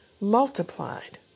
multiplied